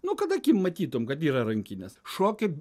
nu kad akim matytum kad yra rankines šoki